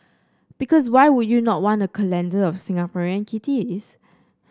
because why would you not want a calendar of Singaporean kitties